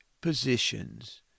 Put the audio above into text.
positions